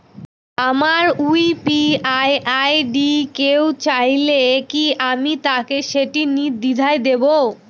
আমার UPI ID কেউ চাইলে কি আমি তাকে সেটি নির্দ্বিধায় দেব?